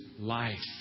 life